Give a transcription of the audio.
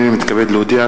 הנני מתכבד להודיע,